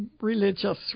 religious